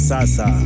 Sasa